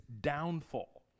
downfall